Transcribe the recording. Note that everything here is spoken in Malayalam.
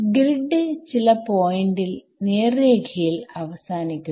ഗ്രിഡ് ചില പോയിന്റിൽ നേർരേഖയിൽ അവസാനിക്കുന്നു